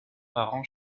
parents